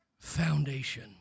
foundation